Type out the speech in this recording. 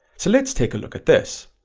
so let's take a look at this,